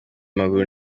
amaguru